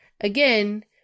again